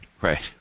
Right